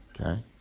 okay